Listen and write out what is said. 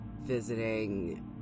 visiting